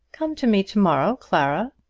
come to me to-morrow, clara,